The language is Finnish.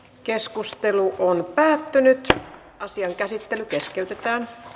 keskustelu päättyi ja asian käsittely keskeytetä